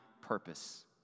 purpose